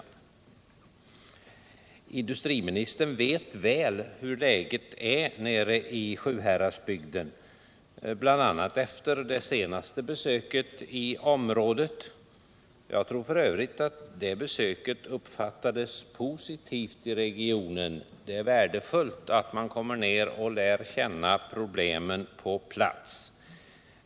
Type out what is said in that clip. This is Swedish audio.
Industriministern vet ju väl hur läget är nere i Sjuhäradsbygden bl.a. efter det senaste besöket i området. Jag tror f. ö. att det besöket uppfattades positivt i regionen. Det är värdefullt att man kommer ner och lär känna problemen på plats.